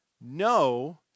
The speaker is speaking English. no